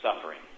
suffering